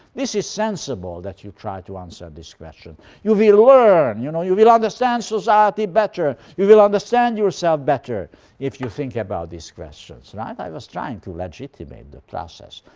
this is sensible, that you try to answer this question. you will learn, you know you will understand society better. you will understand yourself better if you think about these questions. right? i was trying to legitimate the process,